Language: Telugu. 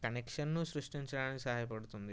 కనెక్షన్ను సృష్టించడానికి సహాయపడుతుంది